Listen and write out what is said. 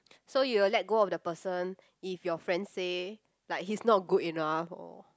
so you will let go of the person if your friends say like he's not good enough or